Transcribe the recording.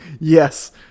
Yes